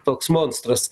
toks monstras